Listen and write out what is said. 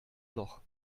loch